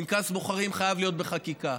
פנקס בוחרים חייב להיות בחקיקה.